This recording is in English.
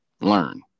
Learn